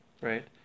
right